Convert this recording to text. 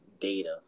data